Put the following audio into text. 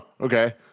okay